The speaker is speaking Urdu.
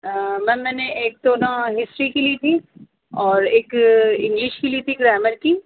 میم میں نے ایک تو نا ہسٹری کی لی تھی اور ایک انگلش کی لی تھی گرامر کی